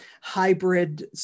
hybrid